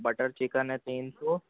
butter chicken ہے تین سو